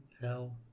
hell